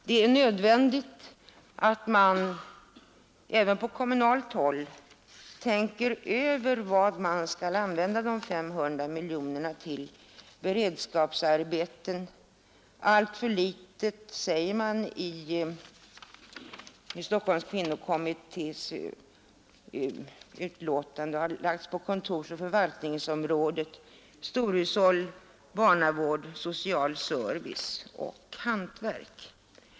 Det är nödvändigt att man även på kommunalt håll tänker över vad man skall använda de 500 miljonerna till när det gäller beredskapsarbeten, Alltför litet, säger man i Stockholms kvinnokommittés utlåtande, har lagts på kontorsoch förvaltningsområdet, storhushåll, barnavård, social service och hantverk.